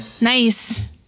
nice